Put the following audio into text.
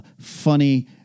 funny